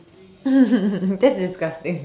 that's disgusting